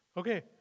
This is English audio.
okay